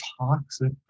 toxic